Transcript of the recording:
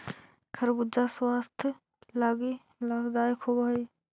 खरबूजा स्वास्थ्य लागी लाभदायक होब हई